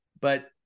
But-